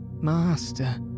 master